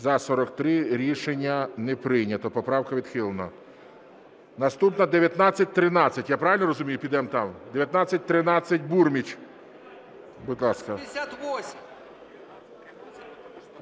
За-43 Рішення не прийнято. Поправка відхилена. Наступна 1913, я правильно розумію, підем там. 1913, Бурміч. Будь ласка.